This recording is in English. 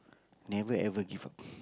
never ever give up